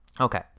Okay